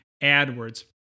AdWords